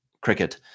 cricket